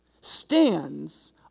stands